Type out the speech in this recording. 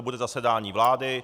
Bude zasedání vlády.